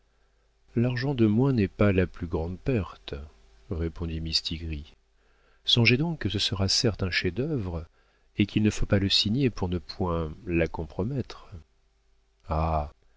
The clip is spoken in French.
l'argent de moins n'est pas la plus grande perte répondit mistigris songez donc que ce sera certes un chef-d'œuvre et qu'il ne faut pas le signer pour ne point la compromettre ah